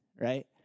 right